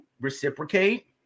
reciprocate